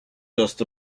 just